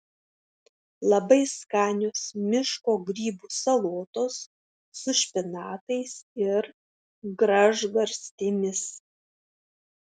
labai skanios miško grybų salotos su špinatais ir gražgarstėmis